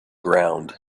ground